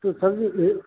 तो सर जी इहे